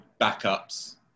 backups